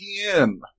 again